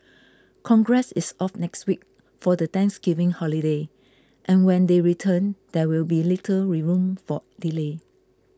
congress is off next week for the Thanksgiving holiday and when they return there will be little we room for delay